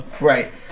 Right